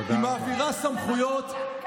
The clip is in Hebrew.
כמה דמגוגיה יש לכם.